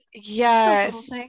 Yes